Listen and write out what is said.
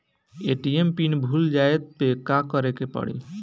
ATM PIN भूल जाए पे का करे के पड़ी?